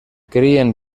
crien